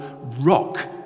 rock